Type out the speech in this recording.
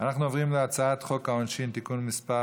(תיקון מס'